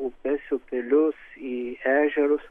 upes upelius į ežerus